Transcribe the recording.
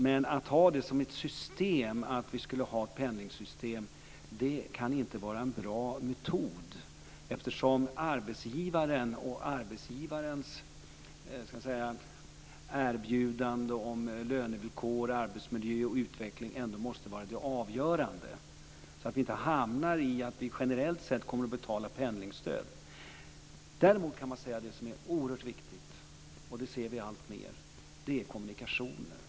Men att ha pendlingsstödet som ett system kan inte vara en bra metod eftersom arbetsgivaren och arbetsgivarens erbjudande om lönevillkor, arbetsmiljö, utveckling osv. ändå måste vara det avgörande. Vi får inte hamna i att vi generellt sett betalar pendlingsstöd. Däremot är det oerhört viktigt, och det ser vi alltmer, med kommunikationer.